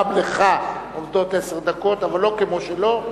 גם לך עומדות עשר דקות, אבל לא כמו שלו.